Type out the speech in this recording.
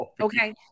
Okay